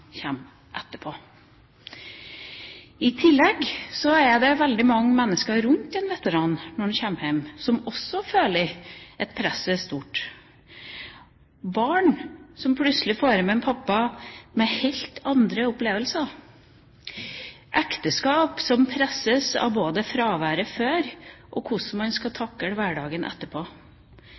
etterpå. I tillegg er det veldig mange mennesker rundt en veteran når han kommer hjem, som også føler at presset er stort. Det kan være barn som plutselig får hjem en pappa med helt andre opplevelser, ekteskap som presses av både fraværet før og hvordan man skal takle hverdagen etterpå,